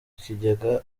kigega